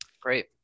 Great